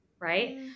Right